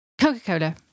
Coca-Cola